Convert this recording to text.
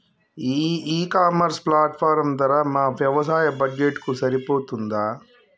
ఈ e commerce platform ధర మా వ్యవసాయ బడ్జెట్ కు సరిపోతుందా?